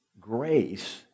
grace